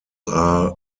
are